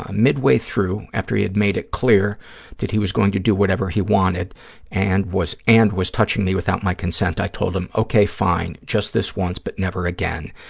ah midway through, after he had made it clear that he was going to do whatever he wanted and was and was touching me without my consent, i told him, okay, fine, just this once but never again,